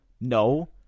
No